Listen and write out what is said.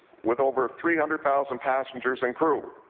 with over three hundred thousand passengers and crew.